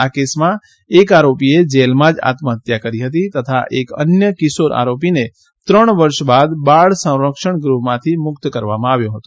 આ કેસમાં એક આરોપીએ જેલમાં જ આત્મ હત્યા કરી હતી તથા એક અન્ય કિશોર આરોપીને ત્રણ વર્ષ બાદ બાળ સંરક્ષણ ગૃહમાંથી મુક્ત કરવામાં આવ્યો હતો